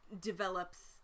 develops